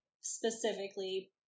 specifically